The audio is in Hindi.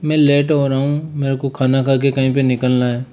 मैं लेट हो रहा हूँ मेरे को खाना खाकर कहीं पर निकलना है